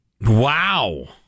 Wow